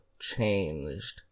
changed